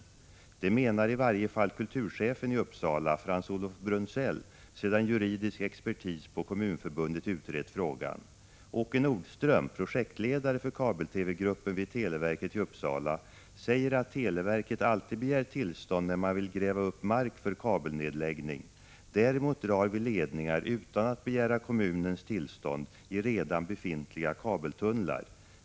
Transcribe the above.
Det menari varje fall kulturchefen i Uppsala, Frans-Olof Brunzell, sedan juridisk expertis på kommunförbundet utrett frågan. ——— Åke Nordström, projektledare för kabel-TV-gruppen vid televerket i Uppsala, säger att televerket alltid begär tillstånd när man vill gräva upp mark för kabelnedläggning. — Däremot drar vi ledningar utan att begära kommunens tillstånd i redan befintliga kabeltunnlar.